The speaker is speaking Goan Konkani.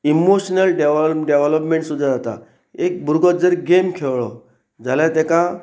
इमोशनल डेवल डेवलोपमेंट सुद्दा जाता एक भुरगो जर गेम खेळ्ळो जाल्यार ताका